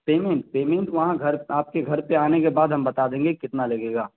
payment payment وہاں گھر آپ کے گھر پہ آنے کے بعد ہم بتا دیں گے کتنا لگے گا